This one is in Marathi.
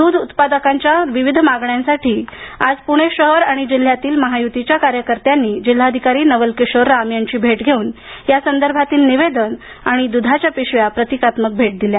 दूध उत्पादकांच्या विविध मागण्यांसाठी आज पुपे शहर आणि जिल्ह्यातील महायुतीच्या कार्यकर्त्यांनी जिल्हाधिकारी नवल किशोर राम यांची भेट घेऊन या संदर्भातील निवेदन आणि दुधाच्या पिशव्या प्रतिकात्मक भेट दिल्या